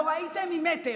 לא ראיתם ממטר.